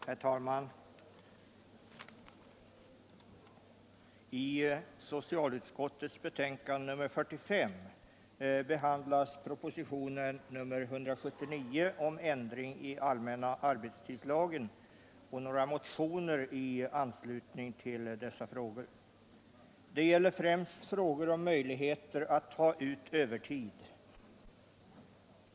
Herr talman! I socialutskottets betänkande nr 45 behandlas proposition nr 179 om ändring i allmänna arbetstidslagen och några motioner i anslutning till dessa frågor. Det gäller främst frågor om möjligheter att ta ut övertid.